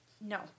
No